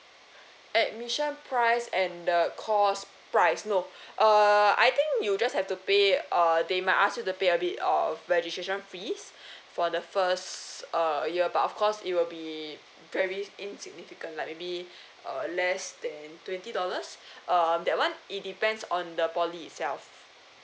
admission price and the course price no uh I think you just have to pay err they may I ask you to pay a bit of registration fees for the first uh year but of course it will be very insignificant like maybe err less than twenty dollars err that one it depends on the poly itself